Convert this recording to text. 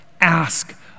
ask